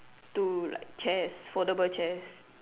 two like chairs suitable chairs